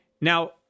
Now